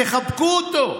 תחבקו אותו.